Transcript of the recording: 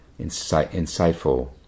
insightful